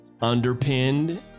underpinned